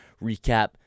recap